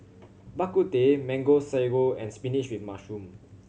Bak Kut Teh Mango Sago and spinach with mushroom